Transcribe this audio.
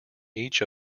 each